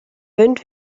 wind